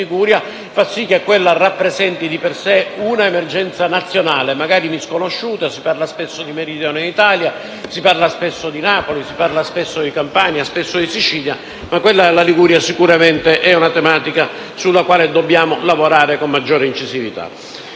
Liguria, fa sì che quella rappresenti di per sé un'emergenza nazionale, magari misconosciuta. Si parla spesso di Meridione d'Italia, si parla spesso di Napoli, di Campania e di Sicilia, ma quella della Liguria è sicuramente una tematica sulla quale dobbiamo lavorare con maggiore incisività.